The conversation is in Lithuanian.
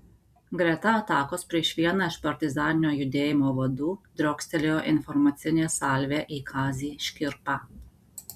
greta atakos prieš vieną iš partizaninio judėjimo vadų driokstelėjo informacinė salvė į kazį škirpą